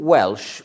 Welsh